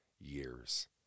years